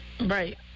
Right